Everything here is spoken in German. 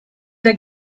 der